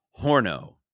Horno